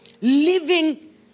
living